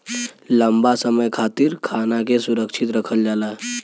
लंबा समय खातिर खाना के सुरक्षित रखल जाला